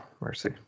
mercy